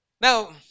now